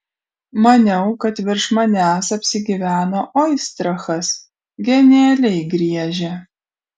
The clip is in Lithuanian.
maniau kad virš manęs apsigyveno oistrachas genialiai griežia